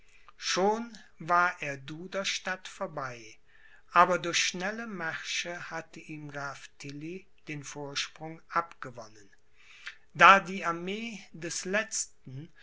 schon war er duderstadt vorbei aber durch schnelle märsche hatte ihm graf tilly den vorsprung abgewonnen da die armee des letzten